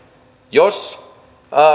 jos